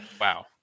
Wow